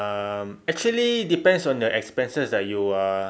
um actually depends on the expenses that you are